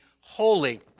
holy